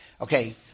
Okay